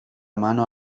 mano